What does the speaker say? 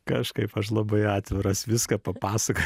kažkaip aš labai atviras viską papasakoju